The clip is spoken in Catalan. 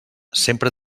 sempre